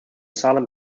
salem